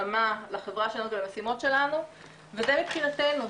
וזה מבחינתנו.